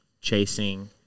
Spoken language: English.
chasing